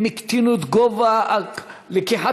הם הקטינו את גובה המשכנתה,